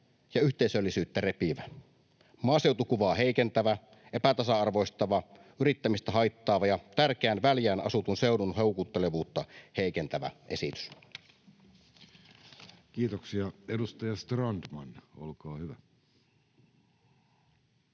ja yhteisöllisyyttä repivä, maaseutukuvaa heikentävä, epätasa-arvoistava, yrittämistä haittaava ja tärkeän, väljään asutun seudun houkuttelevuutta heikentävä esitys. [Speech 214] Speaker: